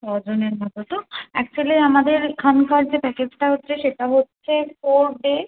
ছ জনের মতো তো অ্যাকচুয়ালি আমাদের এখানকার যে প্যাকেজটা হচ্ছে সেটা হচ্ছে ফোর ডে